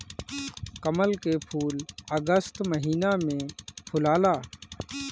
कमल के फूल अगस्त महिना में फुलाला